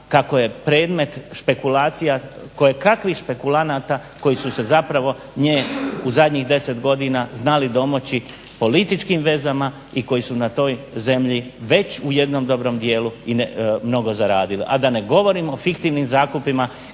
kako je predmet špekulacija kojekakvih špekulanata koji su se zapravo nje u zadnjih 10 godina znali domoći političkim vezama i koji su na toj zemlji već u jednom dobrom dijelu mnogo zaradile a da ne govorim o fiktivnim zakupima